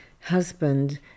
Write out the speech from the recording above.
husband